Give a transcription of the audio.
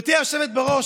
גברתי היושבת בראש,